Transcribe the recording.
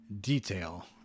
detail